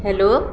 hello